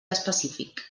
específic